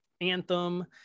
anthem